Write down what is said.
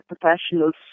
professionals